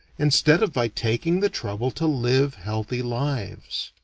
instead of by taking the trouble to live healthy lives.